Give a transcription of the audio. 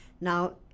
Now